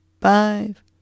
five